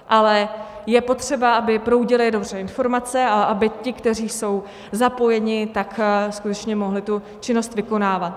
Ale je potřeba, aby proudily dobře informace a aby ti, kteří jsou zapojeni, skutečně mohli tu činnost vykonávat.